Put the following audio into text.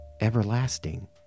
everlasting